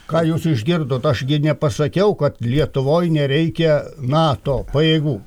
ką jūs išgirdot aš gi nepasakiau kad lietuvoj nereikia nato pajėgų